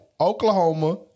Oklahoma